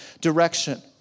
direction